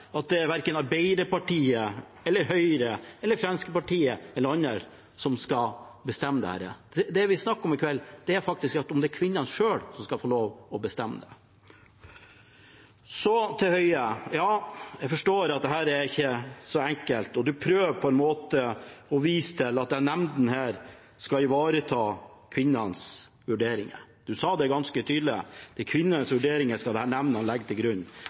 Lossius-Skeie: Det er verken Arbeiderpartiet, Høyre, Fremskrittspartiet eller andre som skal bestemme dette. Det vi snakker om i kveld, er om det er kvinnene selv som skal få lov til å bestemme det. Til statsråd Høie: Jeg forstår at dette ikke er så enkelt. Du prøver å vise til at disse nemndene skal ivareta kvinnenes vurderinger. Du sa det ganske tydelig: Nemndene skal legge kvinnenes vurderinger til grunn.